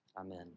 Amen